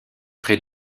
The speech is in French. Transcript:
très